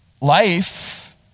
life